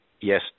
yes